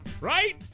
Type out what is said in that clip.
Right